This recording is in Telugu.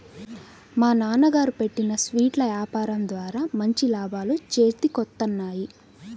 మా నాన్నగారు పెట్టిన స్వీట్ల యాపారం ద్వారా మంచి లాభాలు చేతికొత్తన్నాయి